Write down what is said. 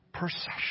procession